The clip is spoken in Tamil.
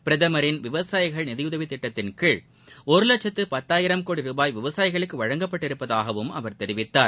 பிரதமரின் விவசாயிகள் நிதியுதவித் திட்டத்தின் கீழ் ஒரு லட்சத்து பத்தாயிரம் கோடி ரூபாய் விவசாயிகளுக்கு வழங்கப்பட்டுள்ளதாகவும் அவர் தெரிவித்தார்